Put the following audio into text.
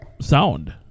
sound